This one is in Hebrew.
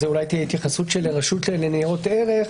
זאת אולי תהיה התייחסות של רשות לניירות ערך.